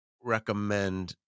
recommend